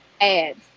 ads